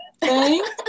Thanks